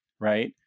right